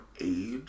age